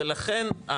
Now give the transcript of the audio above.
ולכן,